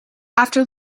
after